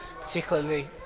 particularly